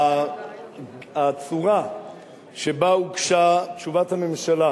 שהצורה שבה הוגשה תשובת הממשלה